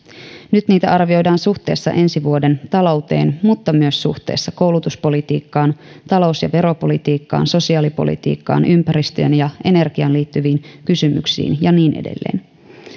nyt niitä arvioidaan suhteessa ensi vuoden talou teen mutta myös suhteessa koulutuspolitiikkaan talous ja veropolitiikkaan sosiaalipolitiikkaan ympäristöön ja energiaan liittyviin kysymyksiin ja niin edelleen